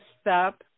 stop